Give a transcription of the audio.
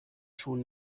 schon